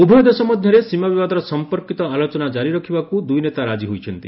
ଉଭୟ ଦେଶ ମଧ୍ୟରେ ସୀମା ବିବାଦ ସମ୍ପର୍କିତ ଆଲୋଚନା ଜାରି ରଖିବାକୁ ଦୁଇନେତା ରାଜି ହୋଇଛନ୍ତି